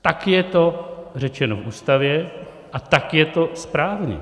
Tak je to řečeno v Ústavě a tak je to správně.